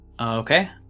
Okay